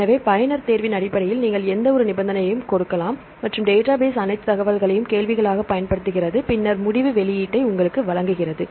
எனவே பயனர் தேர்வின் அடிப்படையில் நீங்கள் எந்தவொரு நிபந்தனையையும் கொடுக்கலாம் மற்றும் டேட்டாபேஸ் அனைத்து தகவல்களையும் கேள்விகளாகப் பயன்படுத்துகிறது பின்னர் முடிவு வெளியீட்டை உங்களுக்கு வழங்குகிறது